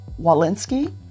Walensky